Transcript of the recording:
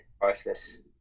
priceless